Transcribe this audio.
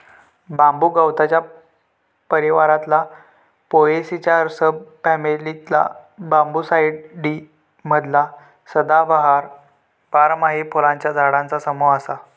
बांबू गवताच्या परिवारातला पोएसीच्या सब फॅमिलीतला बांबूसाईडी मधला सदाबहार, बारमाही फुलांच्या झाडांचा समूह असा